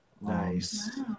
nice